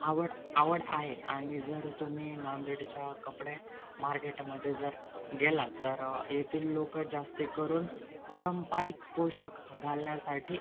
आवड आवड आहे आणि जर तुम्ही नांदेडच्या कपडे मार्केटमध्ये जर गेलात तर येथील लोक जास्तकरून पारंपरिक पोशाख घालण्यासाठी